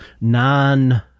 non